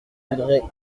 voudrais